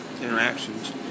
interactions